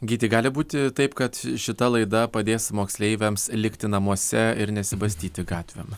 gyti gali būti taip kad šita laida padės moksleiviams likti namuose ir nesibastyti gatvėm